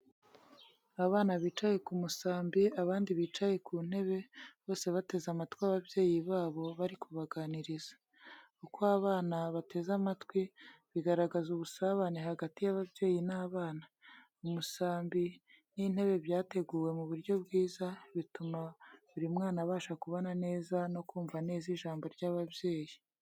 Abana bicaye ku musambi, abandi bicaye ku ntebe, bose bateze amatwi ababyeyi babo, bari kubaganiriza. Uko abana bateze amatwi, bigaragaza ubusabane hagati y'ababyeyi n'abana. Umusambi n'intebe byateguwe mu buryo bwiza, bituma buri mwana abasha kubona neza no kumva neza ijambo ry'ababyeyi.